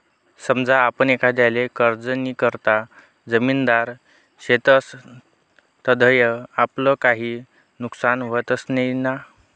समजा आपण एखांदाले कर्जनीकरता जामिनदार शेतस तधय आपलं काई नुकसान व्हत नैना?